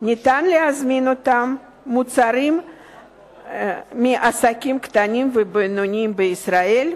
אפשר להזמין אותם מוצרים מעסקים קטנים ובינוניים בישראל,